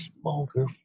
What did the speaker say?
Smoker